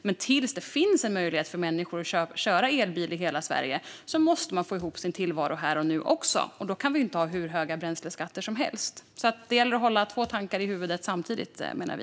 Men tills det finns en möjlighet för människor att köra elbil i hela Sverige måste det gå att få ihop sin tillvaro här och nu, och då kan vi inte ha hur höga bränsleskatter som helst. Det gäller att hålla två tankar i huvudet samtidigt, menar vi.